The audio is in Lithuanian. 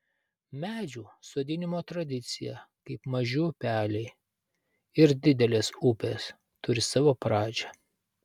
medžių sodinimo tradicija kaip maži upeliai ir didelės upės turi savo pradžią